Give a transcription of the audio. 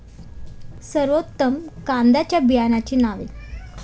सर्वोत्तम कांद्यांच्या बियाण्यांची नावे?